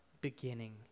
beginning